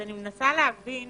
אני מנסה להבין